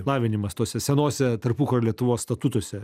lavinimas tose senose tarpukario lietuvos statutuose